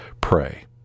pray